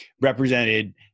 represented